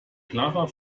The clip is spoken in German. klarer